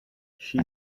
she